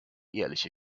ehrliche